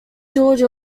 george